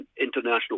international